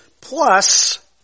plus